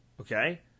okay